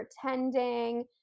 pretending